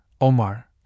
Omar